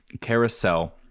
carousel